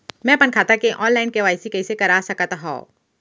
मैं अपन खाता के ऑनलाइन के.वाई.सी कइसे करा सकत हव?